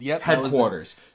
headquarters